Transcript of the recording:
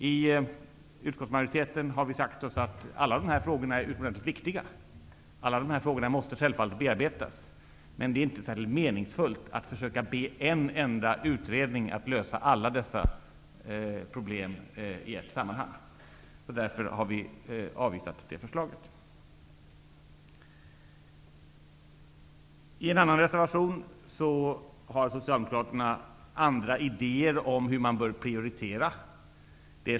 I utskottsmajoriteten har vi sagt oss att alla dessa frågor är utomordentligt viktiga och självfallet måste bearbetas. Men det är inte särskilt meningsfullt att försöka be en enda utredning att lösa alla dessa problem i ett sammanhang. Därför har vi avvisat det förslaget. I en annan reservation har Socialdemokraterna andra idéer om hur man bör prioritera.